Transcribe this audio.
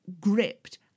gripped